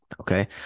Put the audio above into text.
Okay